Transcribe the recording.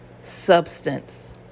substance